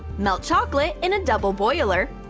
melt chocolate in a double boiler.